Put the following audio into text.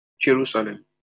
Jerusalem